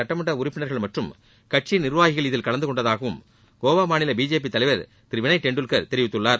சட்டமன்ற உறுப்பினர்கள் மற்றும் கட்சியின் நிர்வாகிகள் இதில் கலந்து கொண்டதாகவும் கோவா மாநில பிஜேபி தலைவர் திரு வினய் டெண்டுல்கர் தெரிவித்தார்